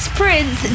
prince